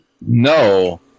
No